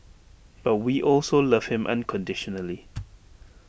but we also love him unconditionally